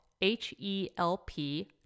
H-E-L-P